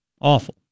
Awful